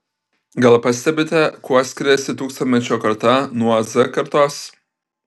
gal pastebite kuo skiriasi tūkstantmečio karta nuo z kartos